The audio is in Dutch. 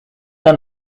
aan